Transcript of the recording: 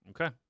Okay